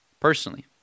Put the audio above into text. Personally